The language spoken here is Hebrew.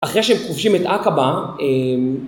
‫אחרי שהם כובשים את עכבה...